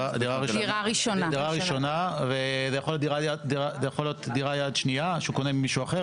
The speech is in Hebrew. דירה ראשונה וזה יכול להיות דירה יד שנייה שהוא קונה ממישהו אחר,